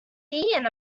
ian